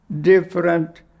different